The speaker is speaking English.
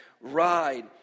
ride